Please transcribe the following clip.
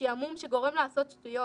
שעמום שגורם לעשות שטויות